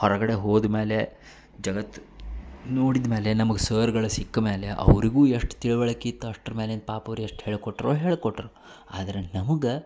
ಹೊರಗಡೆ ಹೋದಮೇಲೆ ಜಗತ್ತು ನೋಡಿದಮೇಲೆ ನಮಗೆ ಸರ್ಗಳು ಸಿಕ್ಕ ಮೇಲೆ ಅವರಿಗೂ ಎಷ್ಟಟು ತಿಳುವಳ್ಕೆ ಇತ್ತು ಅಷ್ಟರ ಮೇಲಿನ ಪಾಪ ಅವ್ರು ಹೇಳಿಕೊಟ್ರೊ ಹೇಳಿಕೊಟ್ರು ಆದರೆ ನಮಗೆ